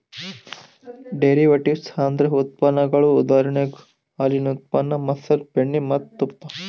derivatives ಅಂದ್ರ ಉತ್ಪನ್ನಗೊಳ್ ಉದಾಹರಣೆಗ್ ಹಾಲಿನ್ ಉತ್ಪನ್ನ ಮಸರ್, ಬೆಣ್ಣಿ ಮತ್ತ್ ತುಪ್ಪ